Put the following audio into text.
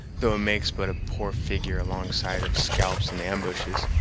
though it makes but a poor figure alongside of scalps and ambushes.